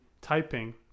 typing